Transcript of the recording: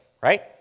right